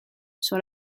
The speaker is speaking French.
sur